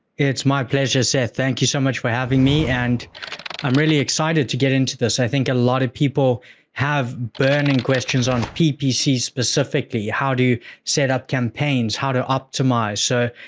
it's my pleasure, seth. thank you so much for having me and i'm really excited to get into this. i think a lot of people have burning questions on ppc specifically. how do you set up campaigns? how to optimize? so,